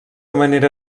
manera